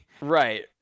right